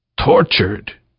Tortured